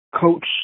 coach